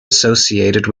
associated